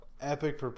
Epic